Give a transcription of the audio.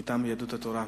מטעם יהדות התורה.